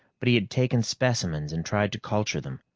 but he had taken specimens and tried to culture them.